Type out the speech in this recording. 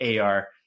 AR